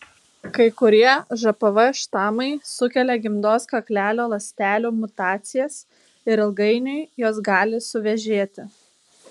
kai kurie žpv štamai sukelia gimdos kaklelio ląstelių mutacijas ir ilgainiui jos gali suvėžėti